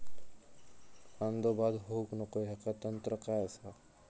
कांदो बाद होऊक नको ह्याका तंत्र काय असा?